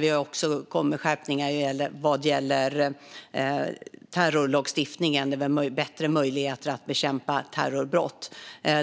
Vi har också kommit med skärpningar vad gäller terrorlagstiftningen med bättre möjligheter att bekämpa terrorbrott.